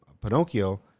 Pinocchio